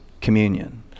communion